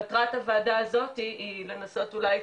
מטרת הוועדה הזאת היא לנסות אולי,